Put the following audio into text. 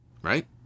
right